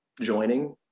joining